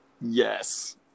Yes